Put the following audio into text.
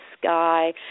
sky